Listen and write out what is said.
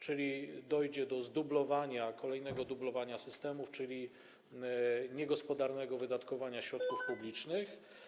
Czy dojdzie do zdublowania, kolejnego dublowania systemów, czyli niegospodarnego wydatkowania środków publicznych?